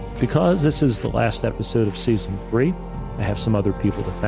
because this is the last episode of season three, i have some other people to thank.